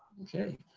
okay,